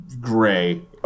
gray